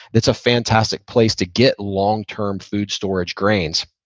that's a fantastic place to get long-term food storage grains.